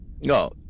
No